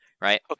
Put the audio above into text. right